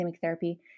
therapy